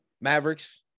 Mavericks